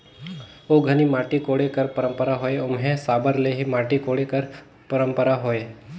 ओ घनी माटी कोड़े कर पंरपरा होए ओम्हे साबर ले ही माटी कोड़े कर परपरा होए